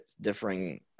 differing